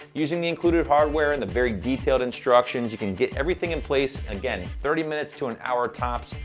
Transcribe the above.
using the included hardware and the very detailed instructions, you can get everything in place, again, thirty minutes to an hour, tops,